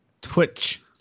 Twitch